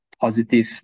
positive